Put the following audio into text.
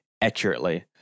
accurately